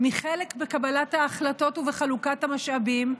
מחלק בקבלת ההחלטות ובחלוקת המשאבים.